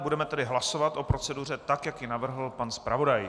Budeme tedy hlasovat o proceduře, tak jak ji navrhl pan zpravodaj.